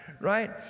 right